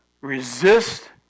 Resist